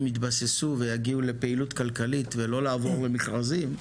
יתבססו ויגיעו לפעילות כלכלית ולא לעבור מכרזים,